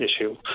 issue